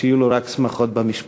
ושיהיו לו רק שמחות במשפחה.